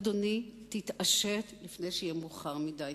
אדוני, תתעשת, לפני שיהיה מאוחר מדי.